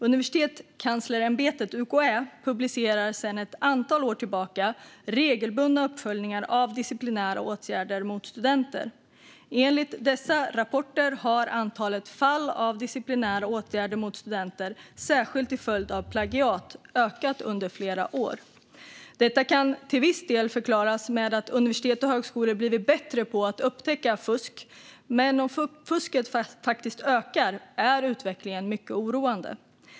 Universitetskanslersämbetet, UKÄ, publicerar sedan ett antal år tillbaka regelbundna uppföljningar av disciplinära åtgärder mot studenter. Enligt dessa rapporter har antalet fall av disciplinära åtgärder mot studenter, särskilt till följd av plagiat, ökat under flera år. Detta kan till viss del förklaras med att universitet och högskolor blivit bättre på att upptäcka fusk, men om fusket faktiskt ökar är utvecklingen mycket oroande.